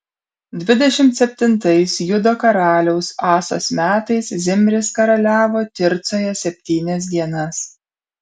dvidešimt septintais judo karaliaus asos metais zimris karaliavo tircoje septynias dienas